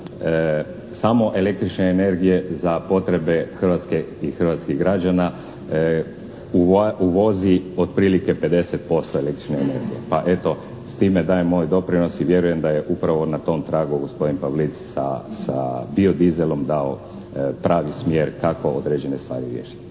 samo električne energije za potrebe Hrvatske i hrvatskih građana uvozi otprilike 50% električne energije, pa eto s time dajem moj doprinos i vjerujem da je upravo na tom tragu gospodin Pavlic sa biodizelom dao pravi smjer kako određene stvari riješiti.